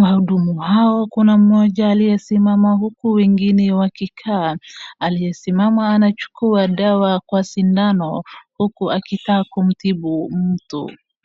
Wahudumu hawa kuna mmoja aliyesimama huku wengine wakikaa, aliyesimama anachukua dawa kwa sindano huku akitaka kumtibu mtu.